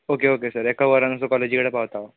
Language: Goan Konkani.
ओके ओके सर एका वोरान कसो कॅालेजी कडेन पावता हांव